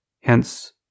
Hence